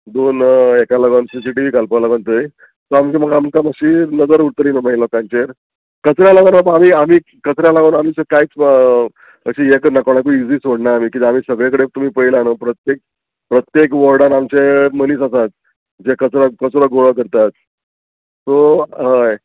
दोन हेका लागोन सीसीटीवी घालपा लागोन थंय सो आमचे म्हाका आमकां मातशी नजर उरतरी न्हू मागीर लोकांचेर कचऱ्या लागून आमी आमी कचऱ्या लागोन आमी कांयच अशें हें करना कोणाकूय इजी सोडना आमी किद्या आमी सगळे कडे तुमी पयलां न्हू प्रत्येक प्रत्येक वॉर्डान आमचे मनीस आसात जे कचरो कचरो गोळा करतात सो हय